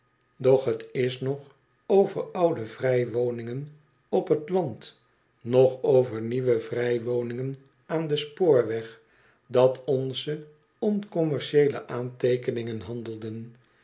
doch t is noch over oude vrij woningen op t land noch over nieuwe vrij woningen aan den spoorweg dat deze oncommercieele aanteekeningen handelen